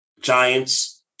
giants